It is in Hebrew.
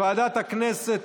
ועדת הכנסת?